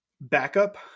backup